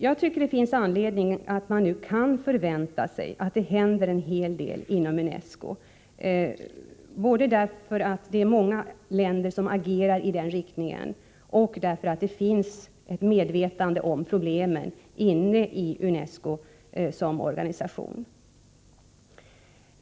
Jag tycker det finns anledning att nu förvänta sig, att det händer en hel del inom UNESCO, både därför att det är många länder som agerar i den riktningen och därför att det finns ett medvetande om problemen inne i UNESCO som organisation.